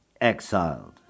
exiled